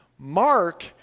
Mark